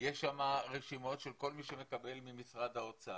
יש רשימות של כל מי שמקבל ממשרד האוצר.